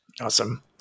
awesome